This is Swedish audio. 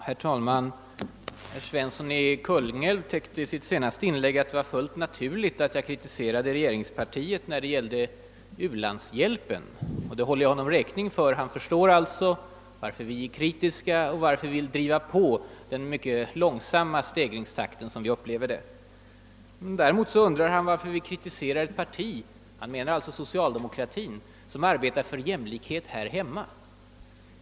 Herr talman! I det här inlägget medgav herr Svensson i Kungälv att det är fullt naturligt att vi kritiserar den socialdemokratiska hållningen till u-landshjälpen. Det håller jag honom räkning för. Han förstår alltså varför vi är kritiska och varför vi vill driva på den hittills alltför långsamma stegringstakten; Däremot undrar herr Svensson varför vi kritiserar ett parti — han syftade på socialdemokratin — som arbetar för jämlikhet här hemma.